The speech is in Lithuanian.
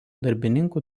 darbininkų